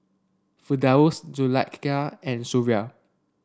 Firdaus Zulaikha and Suria